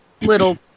little